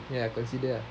ya consider